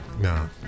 No